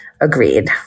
agreed